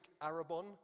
arabon